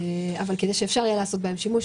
כדי שאפשר יהיה לעשות בהם שימוש,